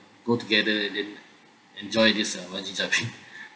go together and then enjoy this bungee jumping